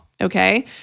Okay